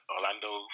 Orlando